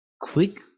quick